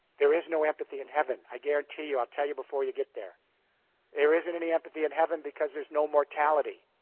there is no empathy in heaven, i guarantee you. i'll tell you before you get there. there isn't any empathy in heaven because there's no mortality.